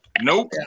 Nope